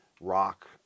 rock